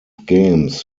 games